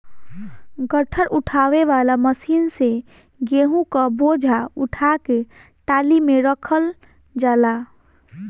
गट्ठर उठावे वाला मशीन से गेंहू क बोझा उठा के टाली में रखल जाला